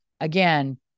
Again